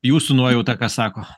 jūsų nuojauta ką sako